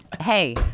hey